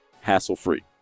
hassle-free